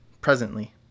presently